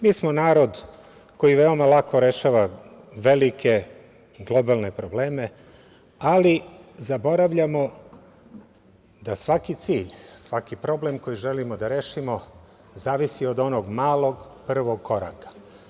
Mi smo narod koji veoma lako rešava velike globalne probleme, ali zaboravljamo da svaki cilj, svaki problem koji želimo da rešimo zavisi od onog malog, prvog koraka.